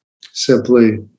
Simply